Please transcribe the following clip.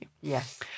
Yes